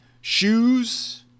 shoes